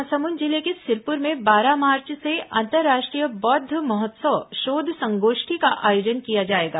महासमुंद जिले के सिरपुर में बारह मार्च से अंतर्राष्ट्रीय बौद्ध महोत्सव शोध संगोष्ठी का आयोजन किया जाएगा